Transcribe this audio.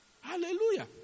Hallelujah